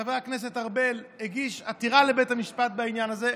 כשחבר הכנסת ארבל הגיש עתירה לבית המשפט בעניין הזה,